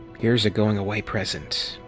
here's a going away present,